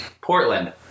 Portland